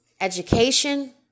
education